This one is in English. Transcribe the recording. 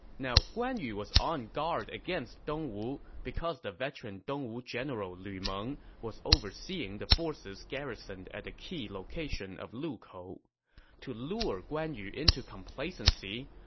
now, guan yu was on guard against dongwu because the veteran dongwu general lu meng was overseeing the forces garrisoned the key location of lukou. to lure guan yu into complacency,